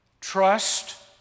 Trust